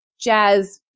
jazz